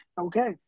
Okay